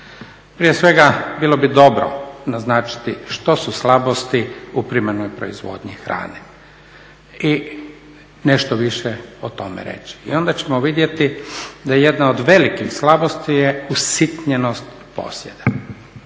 Prije svega bilo bi dobro naznačiti što su slabosti u primarnoj proizvodnji hrane i nešto više o tome reći i onda ćemo vidjeti da jedna od velikih slabosti je usitnjenost posjeda,